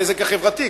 הנזק החברתי,